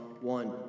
one